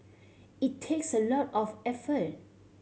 it takes a lot of effort